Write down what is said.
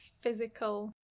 physical